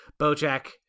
Bojack